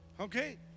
Okay